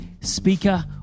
speaker